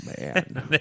Man